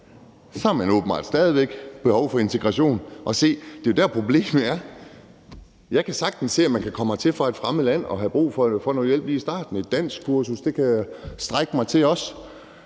Så har man åbenbart stadig væk behov for integration, og se, det er jo der, problemet er. Jeg kan sagtens se, at man kan komme hertil fra et fremmed land og have brug for at få noget hjælp lige i starten. Et danskkursus kan jeg også strække mig til – og så